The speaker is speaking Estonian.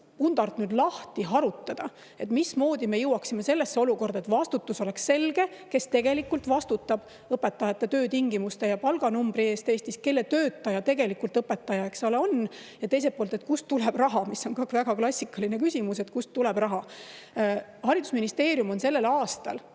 pundart lahti harutada? Mismoodi me jõuaksime olukorda, kus oleks selge, kes tegelikult vastutab õpetajate töötingimuste ja palganumbri eest? Kelle töötaja tegelikult õpetaja on? Teiselt poolt, kust tuleb raha? See on ka väga klassikaline küsimus, kust tuleb raha. Haridusministeerium on sellel aastal,